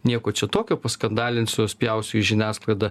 nieko čia tokio paskandalinsiu spjausiu į žiniasklaidą